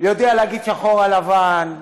ויודע להגיד שחור על לבן,